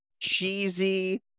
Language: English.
cheesy